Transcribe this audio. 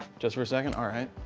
just for a second. all right.